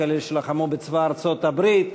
כאלה שלחמו בצבא ארצות-הברית,